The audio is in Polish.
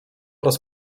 raz